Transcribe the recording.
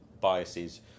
biases